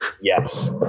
yes